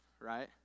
right